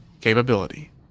capability